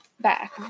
back